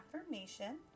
affirmation